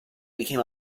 became